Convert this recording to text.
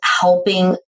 helping